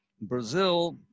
Brazil